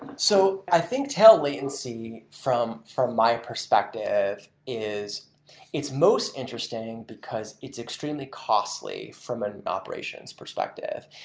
but so i think tail latency, from from my perspective, is it's most interesting because it's extremely costly from an operation's perspective.